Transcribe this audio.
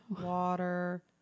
water